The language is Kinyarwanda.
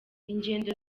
ingendo